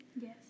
Yes